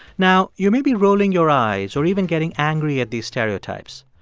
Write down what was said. now, you may be rolling your eyes or even getting angry at these stereotypes.